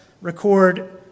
record